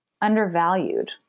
undervalued